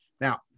Now